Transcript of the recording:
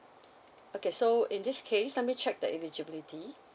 okay so in this case let me check the eligibility